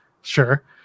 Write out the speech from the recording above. Sure